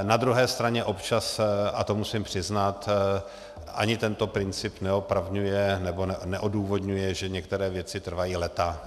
Na druhé straně občas, a to musím přiznat, ani tento princip neopravňuje, nebo neodůvodňuje, že některé věci trvají léta.